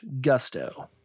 gusto